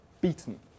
beaten